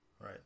right